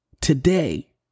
today